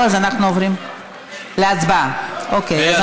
יכולת להגיד: תשובה והצבעה במועד אחר, אבל